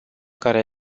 care